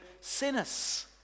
Sinners